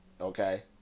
Okay